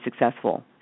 successful